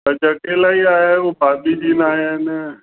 अॼु अकेला ई आहिया हो भाभीजी न आया आहिनि